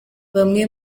bamwe